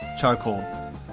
charcoal